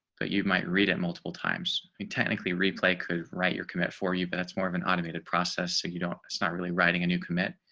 but you might read it multiple times. i mean technically replay could write your commit for you. but that's more of an automated process. so you don't. it's not really writing a new commit